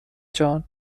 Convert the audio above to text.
جان